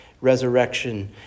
resurrection